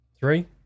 Three